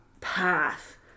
path